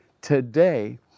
Today